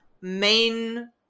main